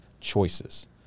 choices